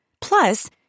Plus